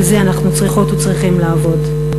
על זה אנחנו צריכות וצריכים לעבוד.